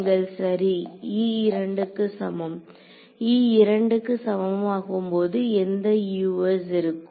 நீங்கள் சரி e 2 க்கு சமம் e 2 க்கு சமம் ஆகும் போது எந்த Us இருக்கும்